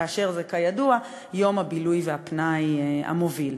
שזה כידוע יום הבילוי והפנאי המוביל.